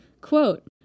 Quote